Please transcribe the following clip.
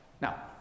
Now